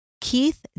Keith